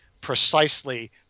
precisely